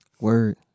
Word